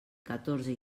catorze